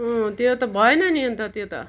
त्यो त भएन नि अन्त त्यो त